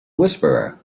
whisperer